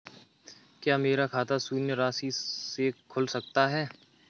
क्या मेरा खाता शून्य राशि से खुल सकता है?